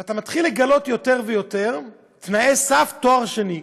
ואתה מתחיל לגלות יותר ויותר בתנאי הסף, תואר שני.